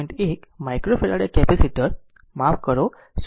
1 microfarad capacitor માફ કરો 0